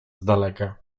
daleka